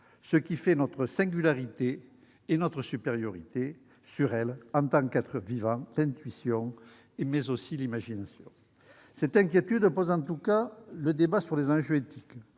ce qui fait notre singularité et notre supériorité sur elle en tant qu'êtres vivants : l'intuition et l'imagination. Cette inquiétude pose en tout cas le débat des enjeux éthiques.